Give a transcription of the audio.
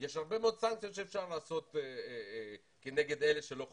יש הרבה מאוד סנקציות שאפשר לעשות כנגד אלה שלא חוזרים,